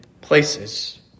places